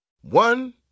One